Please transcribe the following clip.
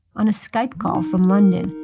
on a skype call from london,